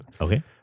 Okay